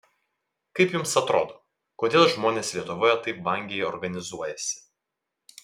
kaip jums atrodo kodėl žmonės lietuvoje taip vangiai organizuojasi